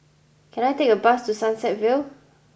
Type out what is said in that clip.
can I take a bus to Sunset Vale